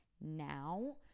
now